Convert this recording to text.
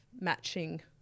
matching